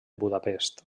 budapest